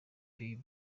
pays